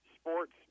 Sports